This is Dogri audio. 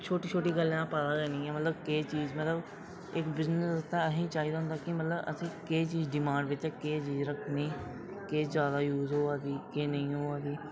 ते छोटी छोटी गल्लां दा पता गै नेईं ऐ की के मतलब कि इक बिजनेस दा असें गी चाहिदा होंदा कि बिज़नेस बिच केह् डिमांड बिच ते केह् चीज रक्खनी केह् जैदा यूज़ होआ दी केह् नेईं होआ दी